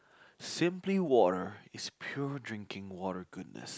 simply water is pure drinking water goodness